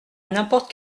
n’importe